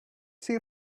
see